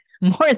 more